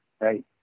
Right